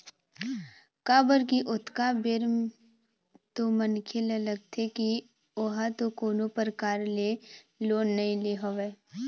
काबर की ओतका बेर तो मनखे ल लगथे की ओहा तो कोनो परकार ले लोन नइ ले हवय